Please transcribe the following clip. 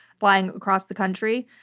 flying across the country.